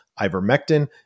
ivermectin